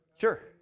Sure